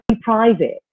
private